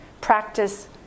practice